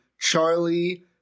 Charlie